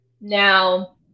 now